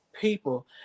People